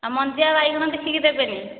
ଆଉ ମଞ୍ଜିଆ ବାଇଗଣ ଦେଖିକି ଦେବେନି